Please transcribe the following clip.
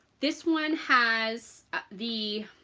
this one has the